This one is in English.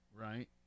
right